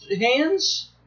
hands